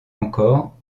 encore